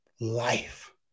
life